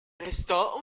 restò